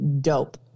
dope